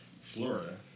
Florida